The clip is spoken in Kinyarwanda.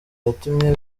yatumye